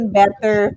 better